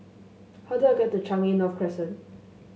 how do I get to Changi North Crescent